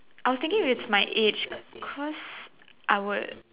I was thinking if it's my age cause I would